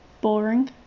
boring